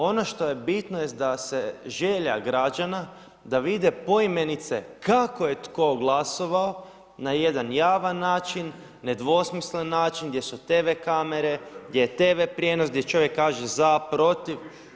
Ono što je bitno jest da se želja građana da vide poimenice kako je tko glasovao na jedan javan način, nedvosmislen način gdje su Tv kamere, gdje je Tv prijenos, gdje čovjek kaže za, protiv.